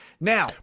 Now